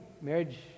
marriage